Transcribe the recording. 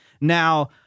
Now